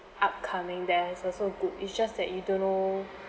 upcoming there's also good it's just that you don't know